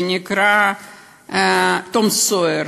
"תום סויר",